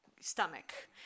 Stomach